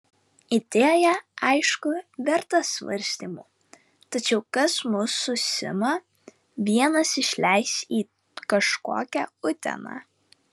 idėja aišku verta svarstymų tačiau kas mus su sima vienas išleis į kažkokią uteną